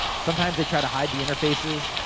sometimes they try to hide the interfaces,